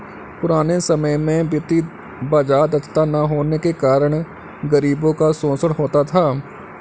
पुराने समय में वित्तीय बाजार दक्षता न होने के कारण गरीबों का शोषण होता था